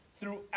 throughout